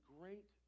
great